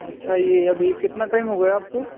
अच्छा यह अभी कितना टाइम हो गया आपको